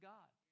God